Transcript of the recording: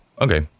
Okay